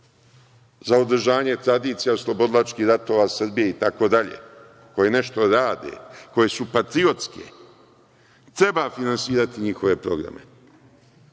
za održavanje tradicija oslobodilačkih ratova Srbije itd. koje nešto rade, koje su patriotske, treba finansirati njihove programe,